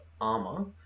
armor